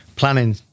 planning